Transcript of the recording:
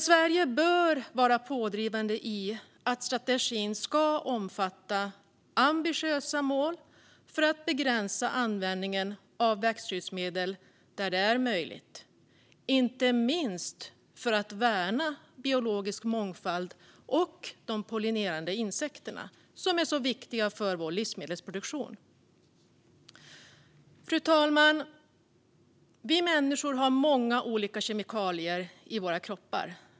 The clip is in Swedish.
Sverige bör vara pådrivande så att strategin omfattar ambitiösa mål för att begränsa användningen av växtskyddsmedel där det är möjligt, inte minst för att värna biologisk mångfald och de pollinerande insekterna som är så viktiga för vår livsmedelsproduktion. Fru talman! Vi människor har många olika kemikalier i våra kroppar.